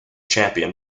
champion